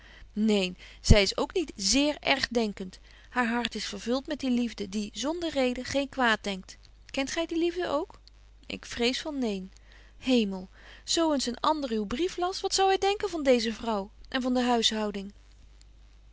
neen zy is ook niet zéér ergdenkent haar hart is vervult met die liefde die zonder reden geen kwaad denkt kent gy die liefde ook ik vrees van neen hemel zo eens een ander uw brief las wat zou hy denken van deeze vrouw en van de